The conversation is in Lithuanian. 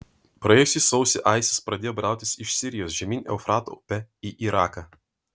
praėjusį sausį isis pradėjo brautis iš sirijos žemyn eufrato upe į iraką